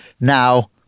now